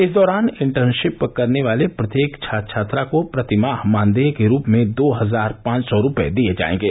इस दौरान इंटर्नशिप करने वाले प्रत्येक छात्र छात्रा को प्रति माह मानदेय के रूप में दो हजार पांच सौ रुपये दिए जाएंगे